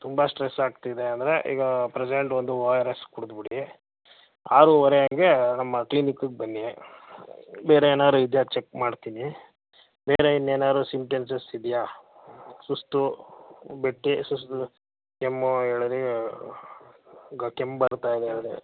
ತುಂಬ ಸ್ಟ್ರೆಸ್ ಆಗ್ತಿದೆ ಅಂದರೆ ಈಗ ಪ್ರೆಸೆಂಟ್ ಒಂದು ಓ ಆರ್ ಎಸ್ ಕುಡ್ದು ಬಿಡಿ ಆರೂವರೆ ಹಾಗೆ ನಮ್ಮ ಕ್ಲಿನಿಕ್ಗೆ ಬನ್ನಿ ಬೇರೆ ಏನಾದ್ರು ಇದೆಯಾ ಚೆಕ್ ಮಾಡ್ತೀನಿ ಬೇರೆ ಇನ್ನೇನಾದ್ರು ಸಿಮ್ಟೆನ್ಸಸ್ ಇದೆಯಾ ಸುಸ್ತು ಬಿಟ್ಟು ಸುಸ್ ಕೆಮ್ಮು ಈಗ ಕೆಮ್ಮು ಬರ್ತಾಯಿದೆ ಅಂದರೆ